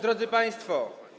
Drodzy Państwo!